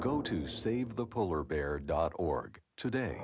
go to save the polar bear dot org today